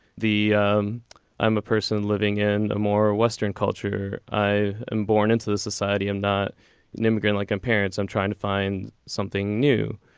the um i'm a person living in a more western culture i am born into the society i'm not an immigrant like my parents i'm trying to find something new.